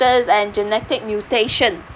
tractors and genetic mutation